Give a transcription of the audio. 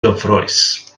gyfrwys